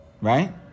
right